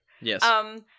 Yes